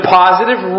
positive